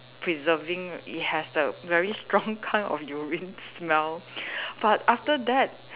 preserving it has the very strong kind of urine smell but after that